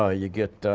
ah you get